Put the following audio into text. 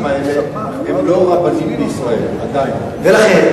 השאלה אם על כל דבר כזה לעשות ועדת חקירה ממלכתית או,